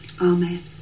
Amen